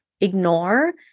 ignore